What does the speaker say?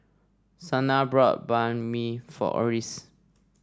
Shana bought Banh Mi for Oris